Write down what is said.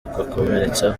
akomeretsa